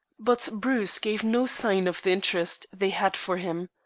but bruce gave no sign of the interest they had for him.